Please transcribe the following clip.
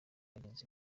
bagenzi